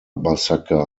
massaker